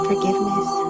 Forgiveness